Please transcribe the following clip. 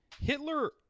Hitler